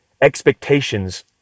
expectations